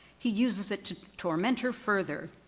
he uses it to torment her further,